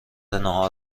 ناهار